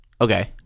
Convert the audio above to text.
Okay